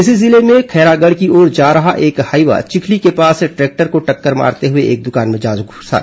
इसी जिले में खैरागढ़ की ओर जा रहा एक हाईवा चिखली के पास ट्रैक्टर को टक्कर मारते हुए एक दुकान में जा घूसा